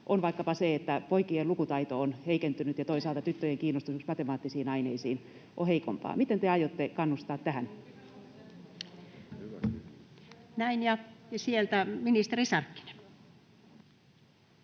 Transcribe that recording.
on vaikkapa se, että poikien lukutaito on heikentynyt ja toisaalta tyttöjen kiinnostus esimerkiksi matemaattisiin aineisiin on heikompaa. Miten te aiotte kannustaa tähän? [Speech 181] Speaker: